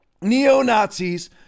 neo-Nazis